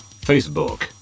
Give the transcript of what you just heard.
Facebook